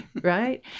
right